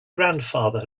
grandfather